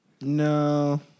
No